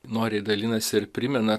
noriai dalinasi ir primena